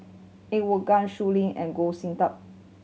Er Woo Gang Shui Lin and Goh Sin Tub